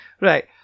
Right